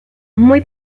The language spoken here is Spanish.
muy